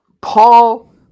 Paul